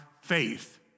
faith